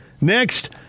next